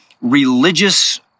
religious